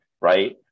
right